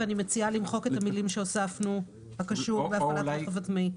ואני מציעה למחוק את המילים שהוספנו: הקשור בהפעלת רכב עצמאי.